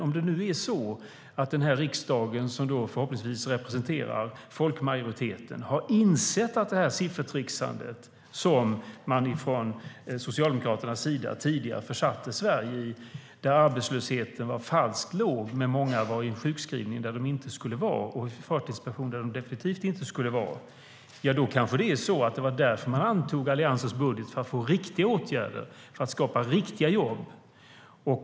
Om nu riksdagen, som förhoppningsvis representerar folkmajoriteten, har insett att siffertricksandet från Socialdemokraternas sida tidigare försatte Sverige i en situation där arbetslösheten var falskt låg men där många var i sjukskrivning som inte skulle vara det och i en förtidspension som de definitivt inte skulle vara i kanske det var därför den antog Alliansens budget för att få riktiga åtgärder och skapa riktiga jobb.